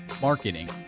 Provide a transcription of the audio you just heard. marketing